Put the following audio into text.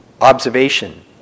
observation